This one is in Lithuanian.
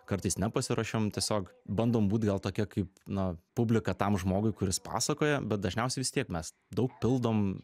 kartais nepasiruošiam tiesiog bandom būt gal tokie kaip na publika tam žmogui kuris pasakoja bet dažniausiai vis tiek mes daug pildom